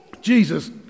Jesus